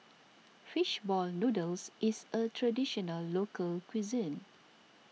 Fish Ball Noodles is a Traditional Local Cuisine